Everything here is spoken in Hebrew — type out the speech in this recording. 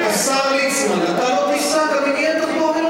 השר ליצמן, אתה לא תיסע גם אם תהיה תחבורה.